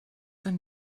einen